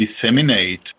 disseminate